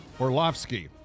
Orlovsky